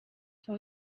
can